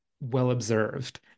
well-observed